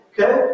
Okay